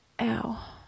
ow